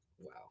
Wow